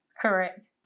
correct